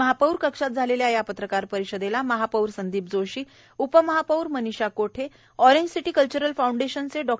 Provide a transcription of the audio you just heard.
महापौर कक्षात झालक्ष्या या पत्रकार परिषदक्ष महापौर संदीप जोशी उपमहापौर मनीषा कोठ्य़ ऑरेंज सिटी कल्चरल फाऊंडक्षानच डॉ